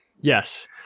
Yes